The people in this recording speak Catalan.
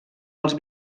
els